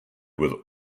with